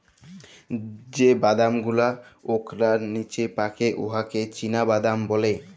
যে বাদাম গুলা ওকলার লিচে পাকে উয়াকে চিলাবাদাম ব্যলে